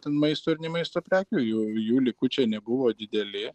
ten maisto ir ne maisto prekių jau jų likučiai nebuvo dideli